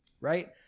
Right